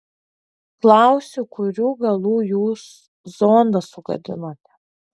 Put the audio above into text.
klausiu kurių galų jūs zondą sugadinote